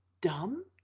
dumb